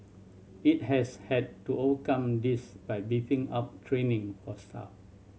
it has had to overcome this by beefing up training for staff